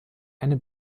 eine